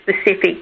specific